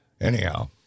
Anyhow